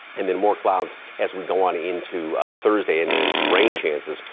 and then more clouds as we go on into thursday and then some rain chances.